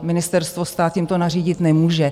Ministerstvo, stát jim to nařídit nemůže.